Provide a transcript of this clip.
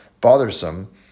bothersome